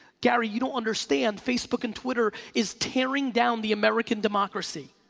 gary, you don't understand, facebook and twitter is tearing down the american democracy.